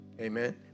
Amen